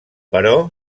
però